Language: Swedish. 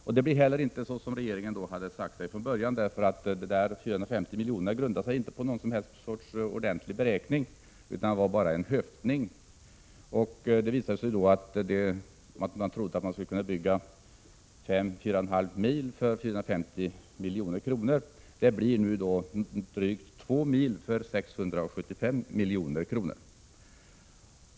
Det blir inte heller på det sätt som regeringen från början sade, eftersom de 450 miljonerna inte grundar sig på någon ordentlig beräkning utan bara var en höftning. Det visar sig då att regeringen trodde att man skulle kunna bygga fyra och en halv mil för 450 milj.kr. Nu blir det drygt två mil för 675 milj.kr.